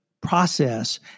process